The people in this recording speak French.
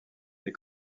des